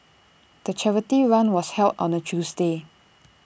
the charity run was held on A Tuesday